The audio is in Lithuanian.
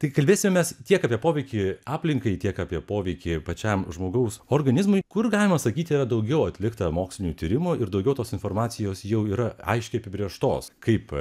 tai kalbėsimės tiek apie poveikį aplinkai tiek apie poveikį pačiam žmogaus organizmui kur galima sakyti yra daugiau atlikta mokslinių tyrimų ir daugiau tos informacijos jau yra aiškiai apibrėžtos kaip